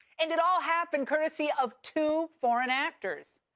and it all happened courtesy of two foreign actors,